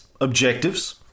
objectives